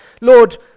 lord